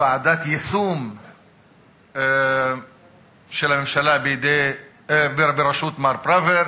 ועדת יישום של הממשלה בראשות מר פראוור.